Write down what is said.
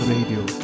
Radio